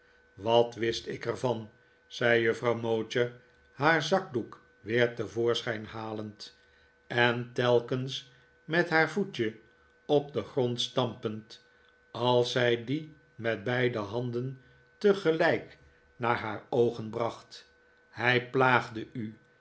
wat wist ik er van zei juffrouw mowcher haar zakdoek weer te voorschijn halend en telkens met haar voetje op den grond stampend als zij dien met beide handen tegelijk naar haar oogen bracht hij plaagde u